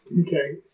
Okay